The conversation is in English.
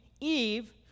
Eve